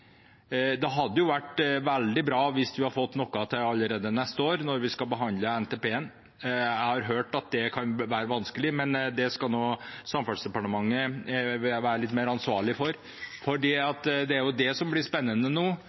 Det hadde vært veldig bra hvis vi hadde fått noe allerede til neste år, når vi skal behandle NTP-en. Jeg har hørt at det kan være vanskelig, men det skal Samferdselsdepartementet være litt mer ansvarlig for. Det er jo det som blir spennende nå,